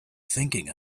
thinking